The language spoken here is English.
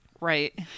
Right